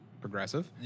progressive